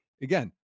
again